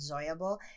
enjoyable